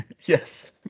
Yes